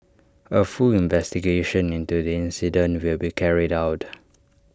A full investigation into the incident will be carried out